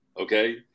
okay